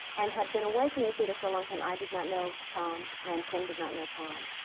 and had been away from the theatre for a long time. i did not know tom, and ken did not know tom.